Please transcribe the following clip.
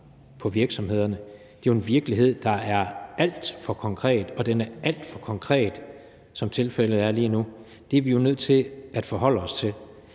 i virksomhederne. Det er jo en virkelighed, der er alt for konkret, og den er alt for konkret, som tilfældet er lige nu. Det er vi jo nødt til at forholde os til.